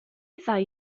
ddau